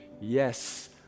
yes